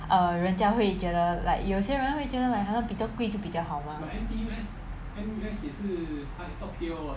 err 人家会觉得 like 有些人会觉得 like 他们比较贵就比较好 mah